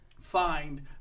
find